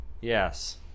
yes